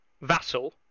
vassal